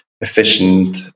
efficient